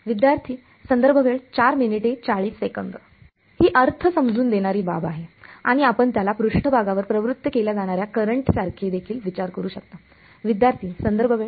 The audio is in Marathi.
ही अर्थ समजून देणारी बाब आहे आणि आपण त्याला पृष्ठभागावर प्रवृत्त केल्या जाणार्या करंटसारखे देखील विचार करू शकता